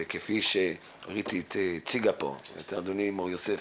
וכפי שנירית הציגה פה ואדוני מור-יוסף,